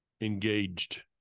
engaged